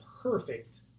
perfect